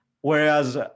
Whereas